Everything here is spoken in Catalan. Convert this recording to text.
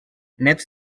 net